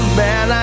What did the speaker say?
man